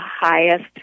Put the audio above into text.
highest